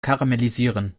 karamellisieren